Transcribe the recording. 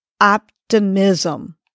optimism